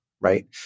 right